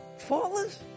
faultless